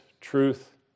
truth